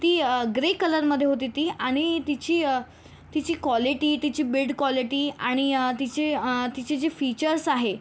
ती ग्रे कलरमध्ये होती ती आणि तिची तिची कॉलेटी तिची बिल्ड कॉलेटी आणि तिची तिची जी फीचर्स आहे